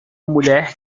mulher